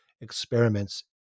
experiments